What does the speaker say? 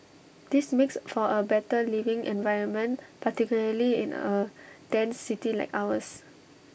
this makes for A better living environment particularly in A dense city like ours